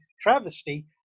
travesty